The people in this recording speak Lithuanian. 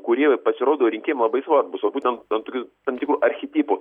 kurie pasirodo rinkėjam labai svarbūs o būtent ant tokių tam tikrų archetipų